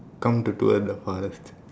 come to~ towards the forest